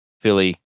Philly